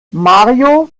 mario